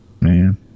Man